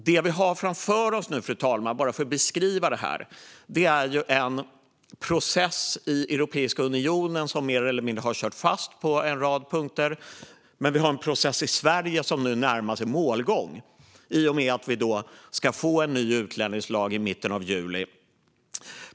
Det vi nu har framför oss är en process i Europeiska unionen som mer eller mindre har kört fast på en rad punkter samt en process i Sverige som nu närmar sig målgång i och med att vi ska få en ny utlänningslag i mitten av juli.